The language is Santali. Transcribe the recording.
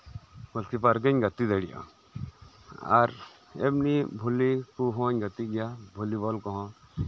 ᱜᱳᱞᱠᱤᱯᱟᱨᱜᱤᱧ ᱜᱟᱛᱮ ᱫᱟᱲᱮᱭᱟᱜᱼᱟ ᱟᱨ ᱮᱢᱱᱤ ᱵᱷᱚᱞᱤ ᱠᱚᱦᱚᱧ ᱜᱟᱛᱮᱜ ᱜᱮᱭᱟ ᱵᱷᱚᱞᱤᱵᱚᱞ ᱠᱚᱦᱚᱸ